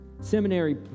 Seminary